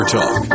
Talk